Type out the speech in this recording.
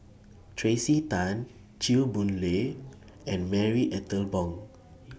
Tracey Tan Chew Boon Lay and Marie Ethel Bong